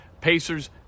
Pacers